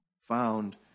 found